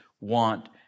want